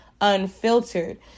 unfiltered